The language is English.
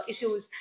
issues